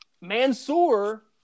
Mansoor